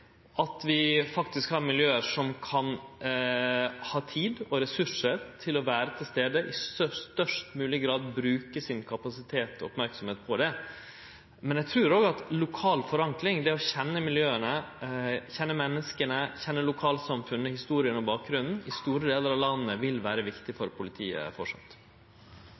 at vi faktisk har miljø som har tid og ressursar til å vere til stades, og som i størst mogleg grad bruker kapasiteten og merksemda si på det. Men eg trur også at lokal forankring, det å kjenne miljøa, kjenne menneska, kjenne lokalsamfunnet, historia og bakgrunnen, i store delar av landet vil framleis vere viktig for politiet.